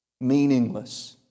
Meaningless